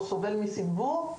או שסובל מסנוור.